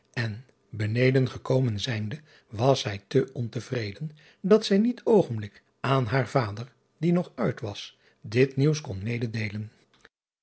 en beneden gekomen zijnde was zij te ontevreden dat zij niet oogenblikkelijk aan haar vader die nog uit was dit nieuws kon mededeelen